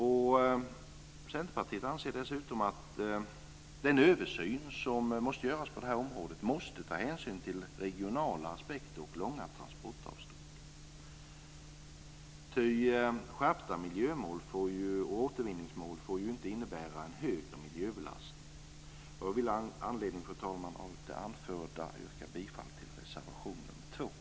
Centerpartiet anser dessutom att den översyn som måste göras på det här området måste ta hänsyn till regionala aspekter och långa transportavstånd, ty skärpta miljömål och återvinningsmål får inte innebära en högre miljöbelastning. Jag vill med anledning av det anförda, fru talman, yrka bifall till reservation 2.